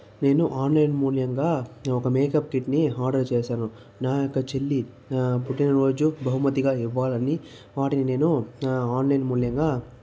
నేను ఆన్లైన్లో మూల్యంగా ఒక మేకప్ కిట్ని ఆర్డర్ చేశాను నా యొక్క చెల్లి పుట్టినరోజు బహుమతిగా ఇవ్వాలని వాటిని నేను ఆన్లైన్ మూల్యంగా